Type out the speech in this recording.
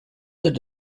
that